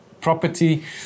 property